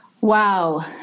Wow